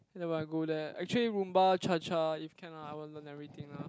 then when I go there actually Rumba Cha Cha if can lah I want learn everything lah